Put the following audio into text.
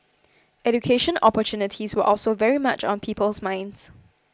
education opportunities were also very much on people's minds